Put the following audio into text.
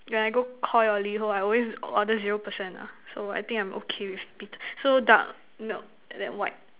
when I go Koi or Liho I always order zero percent ah so I think I'm okay with bit so dark milk and then white